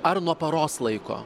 ar nuo paros laiko